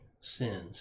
sins